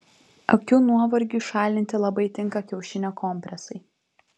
akių nuovargiui šalinti labai tinka kiaušinio kompresai